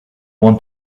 want